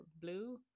blue